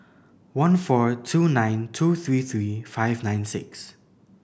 one four two nine two three three five nine six